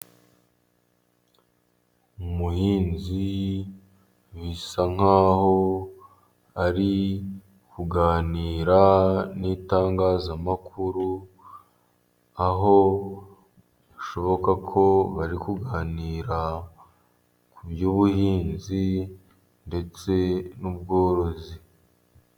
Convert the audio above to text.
Umuhinzi bisa nk'aho ari kuganira n'itangazamakuru, aho bishoboka ko bari kuganira ku by'ubuhinzi, ndetse n'ubworozi.